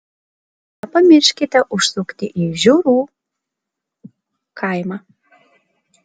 nepamirškite užsukti į žiurų kaimą